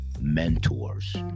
mentors